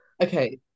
Okay